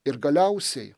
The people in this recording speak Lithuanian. ir galiausiai